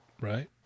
Right